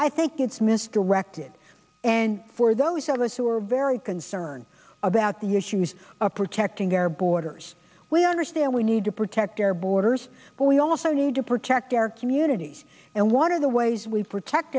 i think it's misdirected and for those of us who are very concerned about the issues of protecting our borders we understand we need to protect our borders but we also need to protect our communities and one of the ways we protect